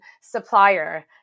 supplier